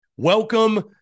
Welcome